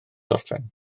orffen